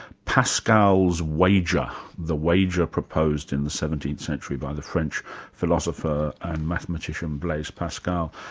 pascal's wager, the wager proposed in the seventeenth century by the french philosopher and mathematician blaise pascal.